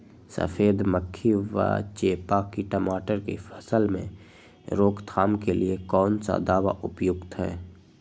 सफेद मक्खी व चेपा की टमाटर की फसल में रोकथाम के लिए कौन सा दवा उपयुक्त है?